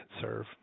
serve